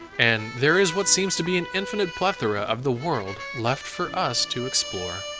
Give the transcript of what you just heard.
and there is what seems to be an infinite plethora of the world left for or us to explore.